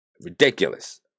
ridiculous